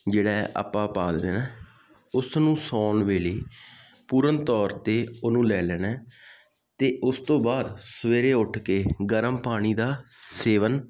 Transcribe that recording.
ਜਿਹੜਾ ਹੈ ਆਪਾਂ ਪਾ ਦੇਣਾ ਉਸ ਨੂੰ ਸੌਣ ਵੇਲੇ ਪੂਰਨ ਤੌਰ 'ਤੇ ਉਹਨੂੰ ਲੈ ਲੈਣਾ ਅਤੇ ਉਸ ਤੋਂ ਬਾਅਦ ਸਵੇਰੇ ਉੱਠ ਕੇ ਗਰਮ ਪਾਣੀ ਦਾ ਸੇਵਨ